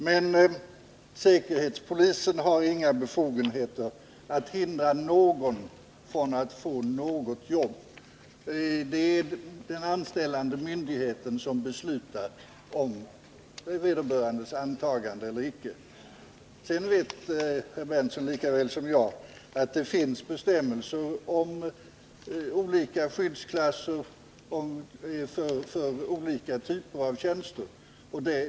Men säkerhetspolisen har inga befogenheter att hindra någon från att få något jobb. Det är den anställande myndigheten som beslutar om vederbörandes antagande eller icke. Sedan vet herr Berndtson lika väl som jag att det finns bestämmelser om olika skyddsklasser för olika typer av tjänster.